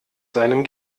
seinem